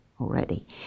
already